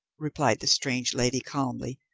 replied the strange lady calmly.